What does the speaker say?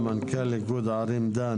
מנכ"ל איגוד ערים דן